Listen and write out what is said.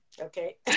Okay